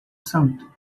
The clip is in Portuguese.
santo